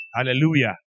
Hallelujah